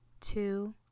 two